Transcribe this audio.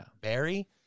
Barry